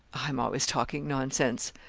i am always talking nonsense.